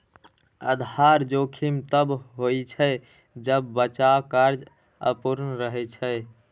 आधार जोखिम तब होइ छै, जब बचाव कार्य अपूर्ण रहै छै